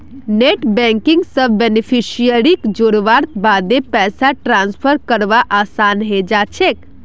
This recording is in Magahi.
नेट बैंकिंग स बेनिफिशियरीक जोड़वार बादे पैसा ट्रांसफर करवा असान है जाछेक